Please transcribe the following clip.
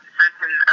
certain